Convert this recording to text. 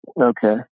Okay